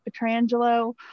Petrangelo